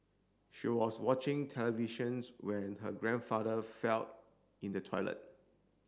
she was watching televisions when her grandfather fell in the toilet